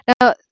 Now